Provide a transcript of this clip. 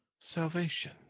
salvation